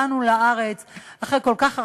באנו לארץ אחרי כל כך הרבה,